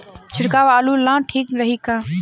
छिड़काव आलू ला ठीक रही का?